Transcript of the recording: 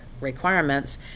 requirements